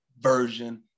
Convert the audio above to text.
version